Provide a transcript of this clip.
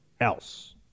else